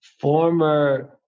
Former